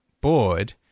board